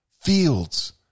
Fields